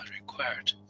required